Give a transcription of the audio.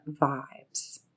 Vibes